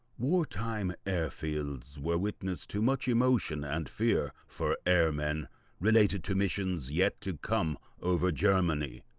war time air fields were witness to much emotion and fear, for airmen related to missions yet to come over germany.